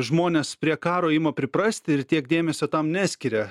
žmonės prie karo ima priprasti ir tiek dėmesio tam neskiria